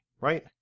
right